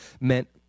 meant